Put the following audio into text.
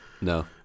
No